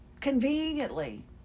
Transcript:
conveniently